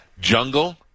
Jungle